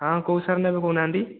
ହଁ କୋଉ ସାର ନେବେ କହୁନାହାଁନ୍ତି